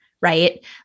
right